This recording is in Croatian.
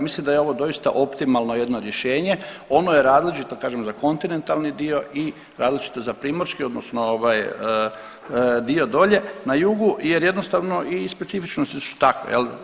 Mislim da je ovo doista optimalno jedno rješenje, ono je različito kažem za kontinentalni dio i različito za primorski odnosno ovaj dio dolje na jugu jer jednostavno i specifičnosti su takve jel.